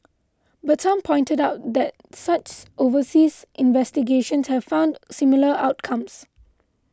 but some pointed out that such overseas investigations have found similar outcomes